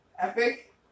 Epic